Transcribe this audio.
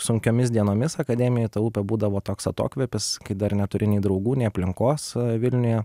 sunkiomis dienomis akademijoj ta upė būdavo toks atokvėpis kai dar neturi nei draugų nei aplinkos vilniuje